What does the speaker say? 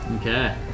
Okay